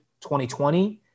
2020